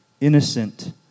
innocent